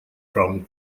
from